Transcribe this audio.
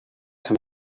some